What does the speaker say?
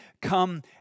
come